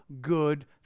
good